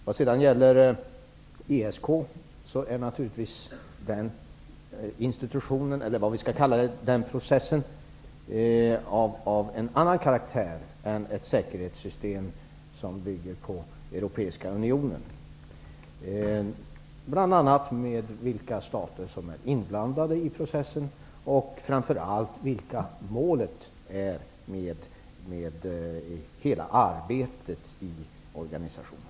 Vad sedan gäller ESK är naturligtvis den institutionen eller processen av en annan karaktär än ett säkerhetssystem som bygger på Europeiska unionen, bl.a. beroende på vilka stater som är inblandade i processen och framför allt vilket målet är med hela arbetet i organisationen.